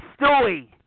Stewie